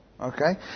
Okay